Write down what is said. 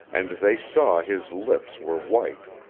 and they saw his lips were white.